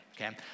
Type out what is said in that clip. okay